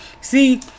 See